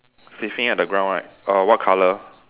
sniffing at the ground right err what colour